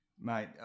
mate